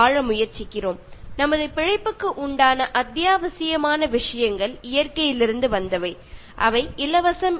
നമ്മൾ മനസ്സിലാക്കേണ്ടത് നമ്മുടെ നിലനിൽപ്പിന് ആവശ്യമായ അത്യാവശ്യ ഘടകങ്ങൾ നമുക്ക് പ്രകൃതിയിൽ നിന്ന് മാത്രമേ കിട്ടുകയുള്ളൂ എന്നാണ്